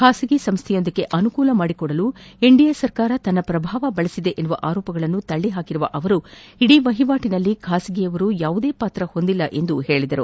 ಖಾಸಗಿ ಸಂಸ್ಥೆಯೊಂದಕ್ಕೆ ಅನುಕೂಲ ಮಾಡಿಕೊಡಲು ಎನ್ಡಿಎ ಸರ್ಕಾರ ತನ್ನ ಪ್ರಭಾವ ಬಳಸಿದೆ ಎಂಬ ಆರೋಪಗಳನ್ನು ತಳ್ಳಿಹಾಕಿರುವ ಅವರು ಇಡೀ ವಹಿವಾಟಿನಲ್ಲಿ ಖಾಸಗಿಯವರು ಯಾವುದೇ ಪಾತ್ರ ಹೊಂದಿಲ್ಲ ಎಂದು ಹೇಳಿದರು